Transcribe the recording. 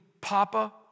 Papa